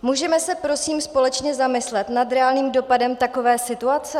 Můžeme se prosím společně zamyslet nad reálným dopadem takové situace?